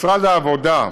משרד העבודה,